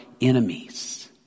enemies